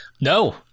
no